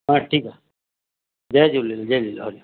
हा ठीकु आहे जय झूलेलाल जय झूलेलाल हरी ओम